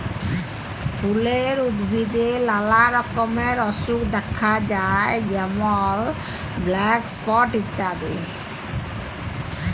ফুলের উদ্ভিদে লালা রকমের অসুখ দ্যাখা যায় যেমল ব্ল্যাক স্পট ইত্যাদি